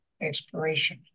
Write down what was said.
Exploration